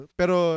pero